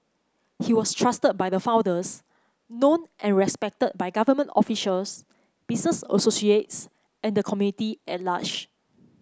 he was trusted by the founders known and respected by government officials business associates and the community at large